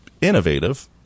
Innovative